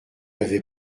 avais